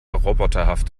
roboterhaft